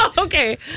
Okay